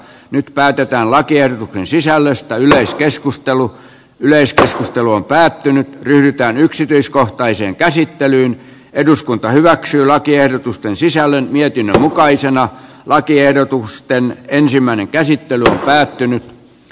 nyt päätetään lakiehdotuksen sisällöstäyleiskeskustelu yleiskeskustelu on päättynyt yhtään yksityiskohtaiseen käsittelyyn eduskunta hyväksyy lakiehdotusten sisällön mietinnön mukaisena lakiehdotusten sisällöstä